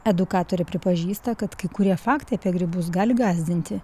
edukatorė pripažįsta kad kai kurie faktai apie grybus gali gąsdinti